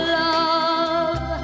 love